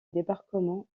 débarquement